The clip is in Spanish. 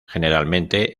generalmente